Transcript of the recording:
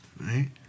Right